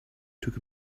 took